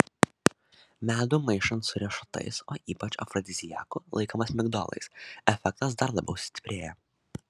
medų maišant su riešutais o ypač afrodiziaku laikomais migdolais efektas dar labiau sustiprėja